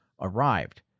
arrived